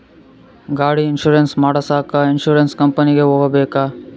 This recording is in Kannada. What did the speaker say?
ಗಾಡಿ ಇನ್ಸುರೆನ್ಸ್ ಮಾಡಸಾಕ ಇನ್ಸುರೆನ್ಸ್ ಕಂಪನಿಗೆ ಹೋಗಬೇಕಾ?